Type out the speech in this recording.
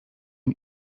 nim